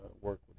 work